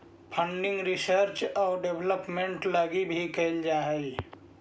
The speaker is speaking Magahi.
फंडिंग रिसर्च आउ डेवलपमेंट लगी भी कैल जा हई